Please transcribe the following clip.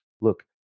look